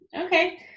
Okay